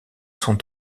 sont